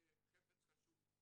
זה חפץ חשוד.